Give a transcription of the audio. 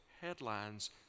headlines